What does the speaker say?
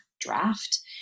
draft